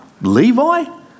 Levi